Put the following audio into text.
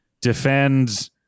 defend